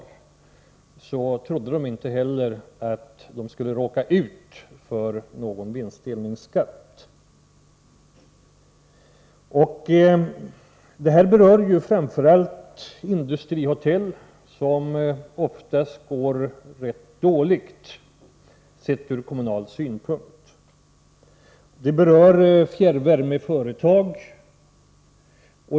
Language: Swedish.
Därför trodde de inte heller att de skulle råka ut för någon vinstdelningsskatt. Den här skatten berör framför allt industrihotell, som oftast går ganska dåligt sett ur kommunal synpunkt. Den berör vidare fjärrvärmeföretag.